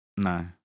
no